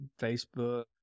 Facebook